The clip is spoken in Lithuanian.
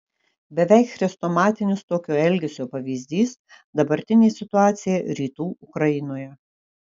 beveik chrestomatinis tokio elgesio pavyzdys dabartinė situacija rytų ukrainoje